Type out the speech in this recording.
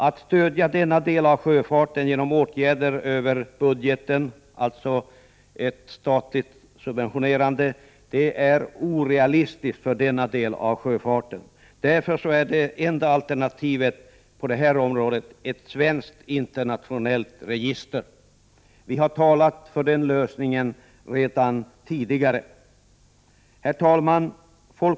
Att stödja denna del av sjöfarten genom åtgärder över budgeten, dvs. en statlig subventionering, är orealistiskt. Därför är det enda alternativet på detta område ett svenskt internationellt register. Folkpartiet har talat för den lösningen redan tidigare. Herr talman!